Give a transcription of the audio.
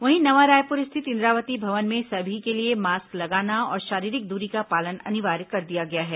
वहीं नवा रायपुर स्थित इंद्रावती भवन में सभी के लिए मास्क लगाना और शारीरिक दूरी का पालन अनिवार्य कर दिया गया है